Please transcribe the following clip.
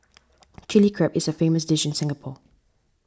Chilli Crab is a famous dish in Singapore